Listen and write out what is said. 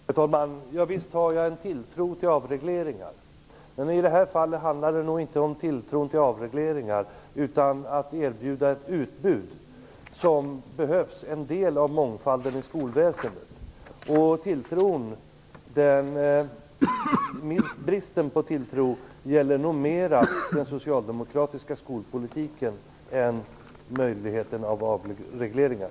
Herr talman! Visst har jag en tilltro till avregleringar. Men i det här fallet handlar det nog inte om detta, utan om att erbjuda ett utbud som behövs. Det handlar om en del av mångfalden i skolväsendet. Bristen på tilltro gäller nog mer den socialdemokratiska skolpolitiken än den gäller möjligheterna till avregleringar.